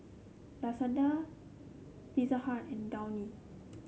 Lazada Pizza Hut and Downy